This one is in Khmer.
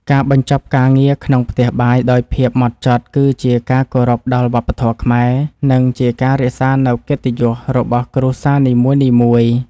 ការបញ្ចប់ការងារក្នុងផ្ទះបាយដោយភាពហ្មត់ចត់ គឺជាការគោរពដល់វប្បធម៌ខ្មែរ និងជាការរក្សានូវកិត្តិយសរបស់គ្រួសារនីមួយៗ។